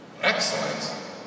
excellence